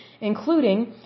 including